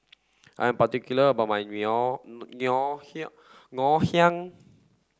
I'm particular about my Ngoh Ngoh Hiang Ngoh Hiang